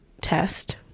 test